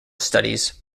studies